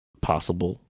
possible